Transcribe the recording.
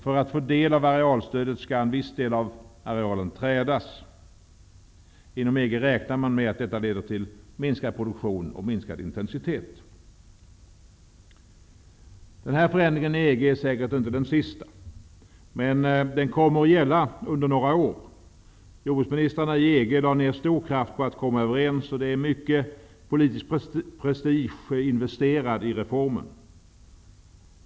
För att få del av arealstödet måste man sätta en viss del av arealen i träda. Inom EG räknar man med att detta leder till minskad produktion och minskad intensitet. Denna förändring i EG är säkert inte den sista, men den kommer att gälla under några år. Jordbruksministrarna i EG lade ner stor kraft på att komma överens, och det är mycket politisk prestige investerad i reformen.